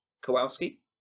Kowalski